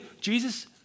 Jesus